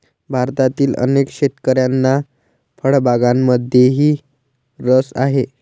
भारतातील अनेक शेतकऱ्यांना फळबागांमध्येही रस आहे